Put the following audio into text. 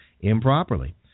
improperly